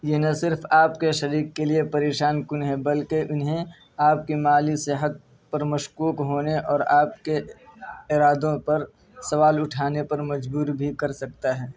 یہ نہ صرف آپ کے شریک کے لیے پریشان کن ہے بلکہ انہیں آپ کی مالی صحت پر مشکوک ہونے اور آپ کے ارادوں پر سوال اٹھانے پر مجبور بھی کر سکتا ہے